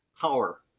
Power